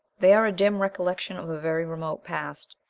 they are a dim recollection of a very remote past.